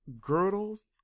girdles